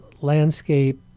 landscape